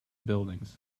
buildings